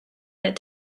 that